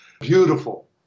beautiful